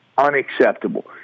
unacceptable